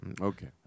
Okay